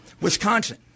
Wisconsin